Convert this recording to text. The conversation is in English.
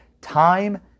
time